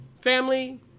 family